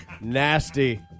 Nasty